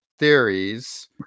theories